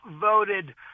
voted